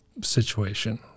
situation